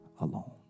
alone